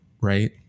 right